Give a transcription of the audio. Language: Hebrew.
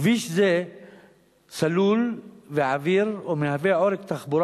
כביש זה סלול ועביר ומהווה עורק תחבורה